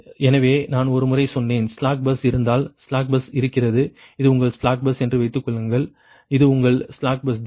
எனவே நான் ஒருமுறை சொன்னேன் ஸ்லாக் பஸ் இருந்தால் ஸ்லாக் பஸ் இருக்கிறது இது உங்கள் ஸ்லாக் பஸ் என்று வைத்துக் கொள்ளுங்கள் இது உங்கள் ஸ்லாக் பஸ் தான்